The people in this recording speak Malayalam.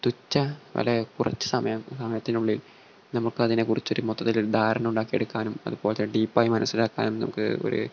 തുച്ഛ വില കുറച്ച് സമയം സമയത്തിനുള്ളിൽ നമുക്ക് അതിനെക്കുറിച്ചൊരു മൊത്തത്തിൽ ധാരണ ഉണ്ടാക്കി എടുക്കാനും അതു പോലെ തന്നെ ഡീപ്പായി മനസ്സിലാക്കാനും നമുക്ക് ഒരു